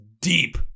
deep